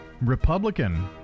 Republican